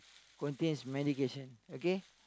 contains medication okay